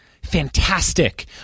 fantastic